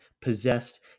possessed